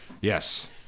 Yes